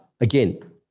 Again